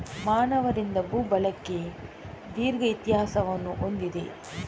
ಮಾನವರಿಂದ ಭೂ ಬಳಕೆ ದೀರ್ಘ ಇತಿಹಾಸವನ್ನು ಹೊಂದಿದೆ